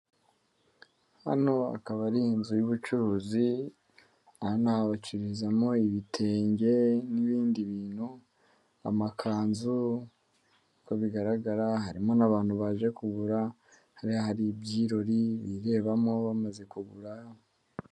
Hano hakaba ari inzu y'ubucuruzi hano bacirizamo ibitenge n'ibindi bintu, amakanzu uko bigaragara harimo n'abantu baje kugura hariya hari ibyirori birebamo bamaze kugura.